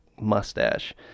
mustache